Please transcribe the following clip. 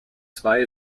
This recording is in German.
zwei